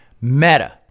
Meta